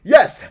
Yes